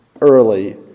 early